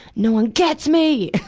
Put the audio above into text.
no one gets me!